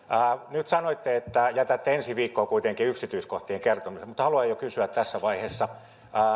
nyt sanoitte että jätätte ensi viikkoon kuitenkin yksityiskohtien kertomisen mutta haluan jo kysyä tässä vaiheessa